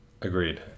Agreed